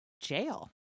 jail